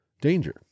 danger